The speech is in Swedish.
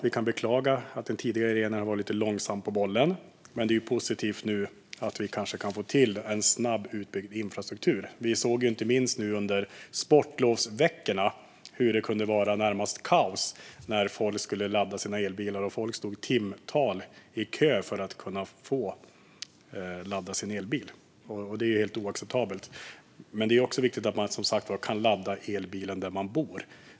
Vi kan beklaga att den tidigare regeringen har varit lite långsam på bollen, men det är positivt att vi nu kanske kan få till en snabbt utbyggd infrastruktur. Vi såg inte minst under sportlovsveckorna hur det kunde vara i det närmaste kaos när folk skulle ladda sina elbilar. Folk köade i timtal för att få ladda sin elbil. Det är helt oacceptabelt. Men det är också viktigt att man kan ladda elbilen där man bor.